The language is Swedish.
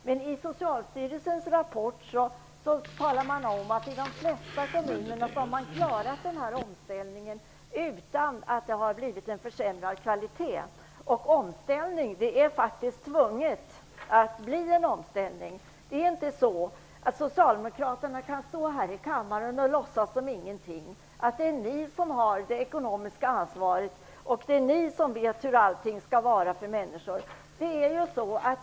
Men i Socialstyrelsens rapport sägs att man i de flesta kommuner har klarat omställningen utan att det har blivit en försämrad kvalitet. Det är tvunget med en omställning. Det är inte så att socialdemokraterna kan stå här i kammaren och låtsas som ingenting, att det är ni som har det ekonomiska ansvaret och att det är ni som vet hur allting skall vara för människor.